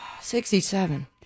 Sixty-seven